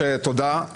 תודה,